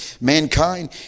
mankind